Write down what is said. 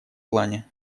плане